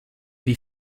wie